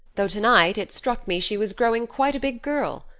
though tonight it struck me she was growing quite a big girl.